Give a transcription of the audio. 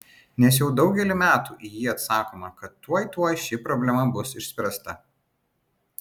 nes jau daugelį metų į jį atsakoma kad tuoj tuoj ši problema bus išspręsta